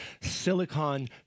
silicon